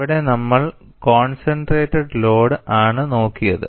അവിടെ നമ്മൾ concentrated load ആണ് നോക്കിയത്